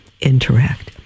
interact